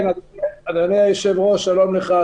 אדוני היושב ראש, שלום לך.